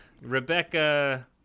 rebecca